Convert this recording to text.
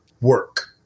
work